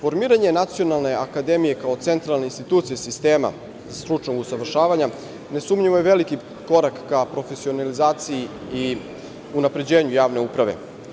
Formiranje Nacionalne akademije kao centralne institucije sistema stručnog usavršavanja nesumnjivo je veliki korak ka profesionalizaciji i unapređenju javne uprave.